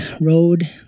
road